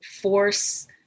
force